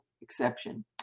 exception